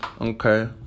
Okay